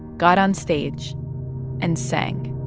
got onstage and sang